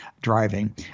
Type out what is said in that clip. driving